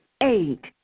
Eight